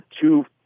two